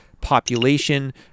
population